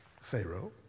Pharaoh